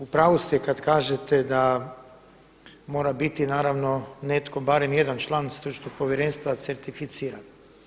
U pravu ste kada kažete da mora biti naravno netko barem jedan član stručnog povjerenstva certificiran.